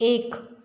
एक